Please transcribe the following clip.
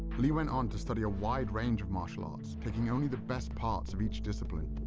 lee went on to study a wide range of martial arts, taking only the best parts of each discipline.